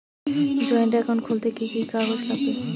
Joint account খুলতে কি কি কাগজ লাগবে?